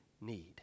need